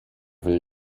will